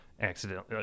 accidentally